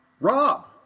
Rob